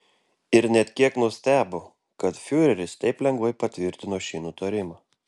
ir net kiek nustebo kad fiureris taip lengvai patvirtino šį nutarimą